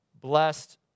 blessed